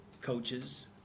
coaches